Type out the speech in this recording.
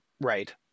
Right